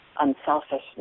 unselfishness